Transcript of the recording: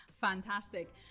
Fantastic